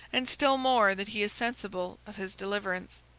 and still more that he is sensible of his deliverance.